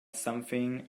something